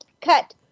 cut